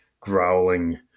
growling